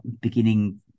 beginning